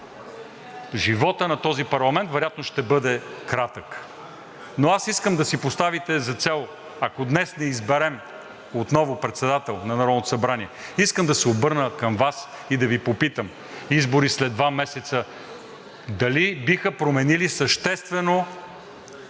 животът на този парламент вероятно ще бъде кратък, но аз искам да си поставите за цел, ако днес не изберем отново председател на Народното събрание, искам да се обърна към Вас и да Ви попитам: избори след два месеца дали биха променили съществено